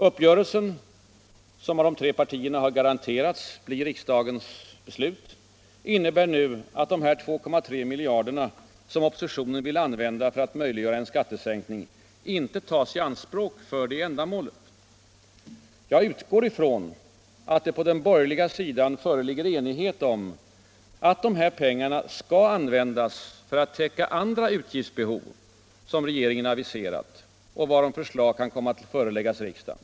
Uppgörelsen — som av tre partier garanterats bli riksdagens beslut — innebär alltså att de drygt 2,3 miljarder som oppositionen ville använda för att möjliggöra en skattesänkning inte tas i anspråk för detta ändamål. Jag utgår ifrån att det på den borgerliga sidan föreligger enighet om att dessa pengar skall användas för att täcka andra utgiftsbehov som regeringen aviserat och varom förslag kan komma att föreläggas riksdagen.